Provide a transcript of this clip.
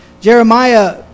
jeremiah